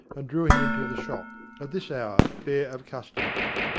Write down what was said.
and drew him into the shop, at this hour bare of customers.